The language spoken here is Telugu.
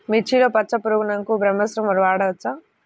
మిర్చిలో పచ్చ పురుగునకు బ్రహ్మాస్త్రం వాడవచ్చా?